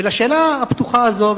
ועל השאלה הפתוחה הזאת,